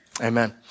Amen